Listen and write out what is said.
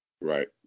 right